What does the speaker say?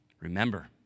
Remember